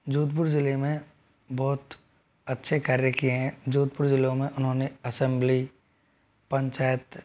जोधपुर जिले में बहुत अच्छे कार्य किए हैं जोधपुर जिलों में उन्होंने असेंबली पंचायत